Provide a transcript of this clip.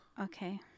Okay